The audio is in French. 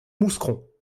mouscron